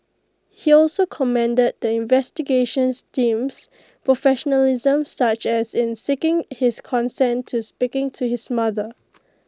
he also commended the investigations team's professionalism such as in seeking his consent to speak to his mother